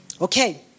Okay